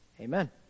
Amen